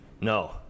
no